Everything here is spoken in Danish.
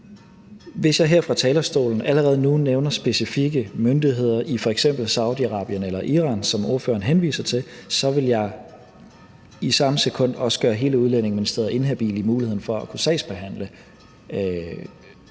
Hvis jeg her fra talerstolen allerede nu nævner specifikke myndigheder i f.eks. Saudi-Arabien eller Iran, som ordføreren henviser til, vil jeg i samme sekund også gøre hele Udlændingeministeriet inhabil i muligheden for at kunne sagsbehandle